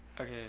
okay